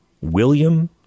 William